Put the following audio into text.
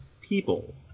people